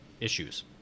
issues